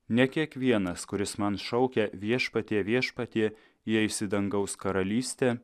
ne kiekvienas kuris man šaukia viešpatie viešpatie jie eis į dangaus karalystę